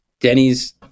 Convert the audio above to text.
denny's